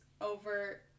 over